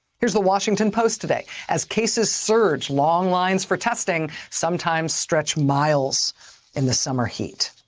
here is the washington post today. as cases surge, long lines for testing sometimes stretch miles in the summer heat.